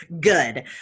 good